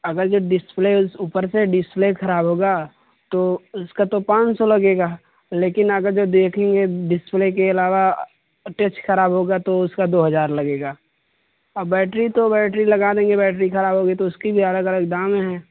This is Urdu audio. اگر جو ڈسپلے اوپر سے ڈسپلے خراب ہوگا تو اس کا تو پانچ سو لگے گا لیکن اگر جو دیکھیں گے ڈسپلے کے علاوہ ٹچ خراب ہوگا تو اس کا دو ہزار لگے گا اور بیٹری تو بیٹری لگا دیں گے بیٹری خراب ہوگی تو اس کی بھی الگ الگ دام ہیں